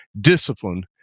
discipline